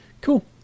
Cool